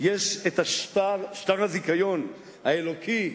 לראש הממשלה יש שטר הזיכיון האלוקי,